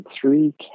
three